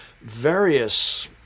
various